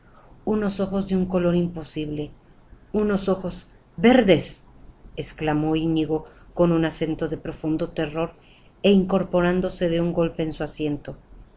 unos ojos de un color imposible unos ojos verdes exclamó iñigo con un acento de profundo terror é incorporándose de un salto en su asiento